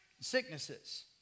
sicknesses